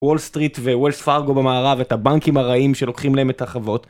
וולסטריט ווילס פארגו במערב, את הבנקים הרעים שלוקחים להם את החוות.